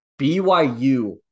BYU